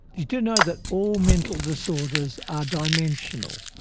you do know that all mental disorders are dimensional?